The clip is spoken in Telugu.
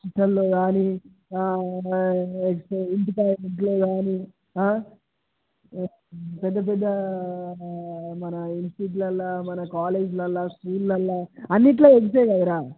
కిచెన్లో కానీ ఎగ్స్ ఇంట్లో కానీ పెద్ద పెద్ద మన ఇన్స్టిట్యూట్లలో మన కాలేజ్లలో స్కూల్లలో అన్నింటిలో ఎగ్స్ కదా రా